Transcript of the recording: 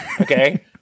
Okay